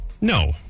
No